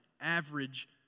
average